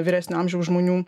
vyresnio amžiaus žmonių